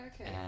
okay